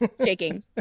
shaking